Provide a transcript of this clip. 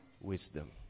wisdom